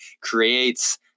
creates